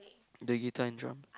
the guitar and drum